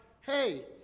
Hey